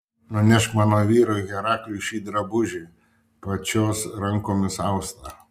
nunešk mano vyrui herakliui šį drabužį pačios rankomis austą